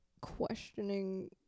questioning